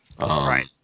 Right